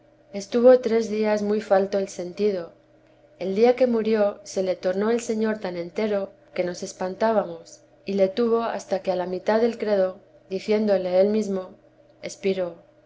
estuvo tres días muy falto el sentido el día que murió se le tornó el señor tan entero que nos espantábamos y le tuvo hasta que a la mitad del credo diciéndole él mesmo expiró